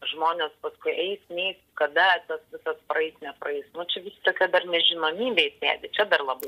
žmonės paskui eis neis kada tas visas praeis nepraeis nu čia vis tokioj dar nežinomybėj sėdi čia dar labai